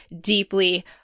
deeply